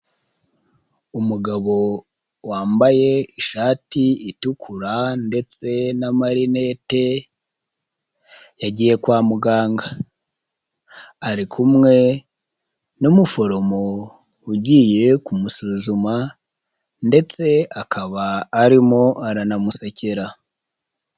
Umugabo wambaye ishati itukura ndetse na marinete, yagiye kwa muganga arikumwe n'umuforomo ugiye kumusuzuma ndetse akaba arimo aranamusekera.